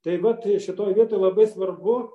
tai vat šitoj vietoj labai svarbu